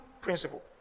principle